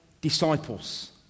disciples